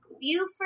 Buford